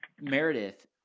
Meredith